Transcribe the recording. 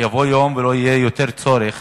שיבוא יום ולא יהיה יותר צורך